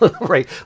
right